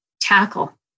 tackle